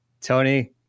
Tony